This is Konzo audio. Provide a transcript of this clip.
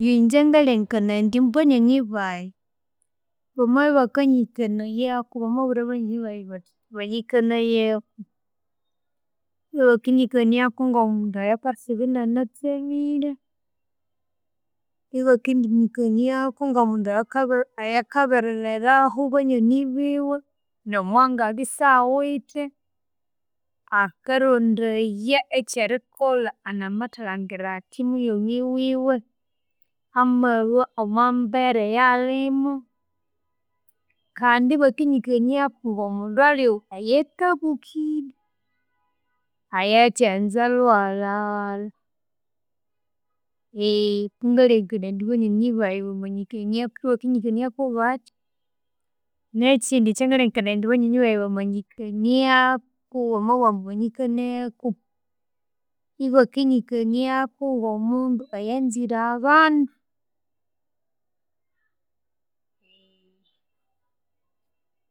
Ingya ngalengekanaya indi mbanyonyi bayi bamabakanyikanayaku bamabwira banyonyi bayi ambu banyikanayeku, ibakinyikaniaku ngomundu ayakasiba inanatsemire, ibakindi nyikaniaku ngomundu ayaka ayakaberererahu banyonyi biwe. Nomwangabya sawithe akarondaya ekyerikolha anamathalangira athi munyoni wiwe amalwa omwambera eyalimu. Kandi ibakinyikaniaku angomundu ali ayathabukire ayathanza lhughalha ghalha. Eghe kungalengekania indi banyonyi bayi bamanyikaniaku ikubakendinyikaniaku bathya. Nekyindi ekyangalengekanaya indi banyonyi bayi bamanyikaniaku bamabughambu banyikanayeku, ibakinyikaniaku ngomundu ayanzire abandu